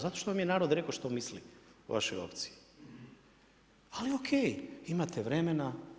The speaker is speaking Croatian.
Zato što vam je narod rekao što misli o vašoj opciji, ali o.k. Imate vremena.